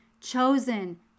chosen